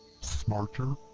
smarter?